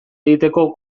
egiteko